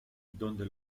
donde